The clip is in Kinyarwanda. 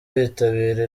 bitabira